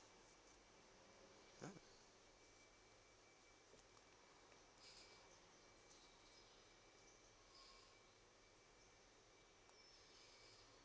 mm